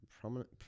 prominent